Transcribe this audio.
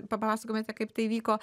papasakotumėte kaip tai vyko